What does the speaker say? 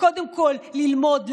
וקודם כול ללמוד לדבר,